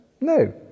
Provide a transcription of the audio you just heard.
No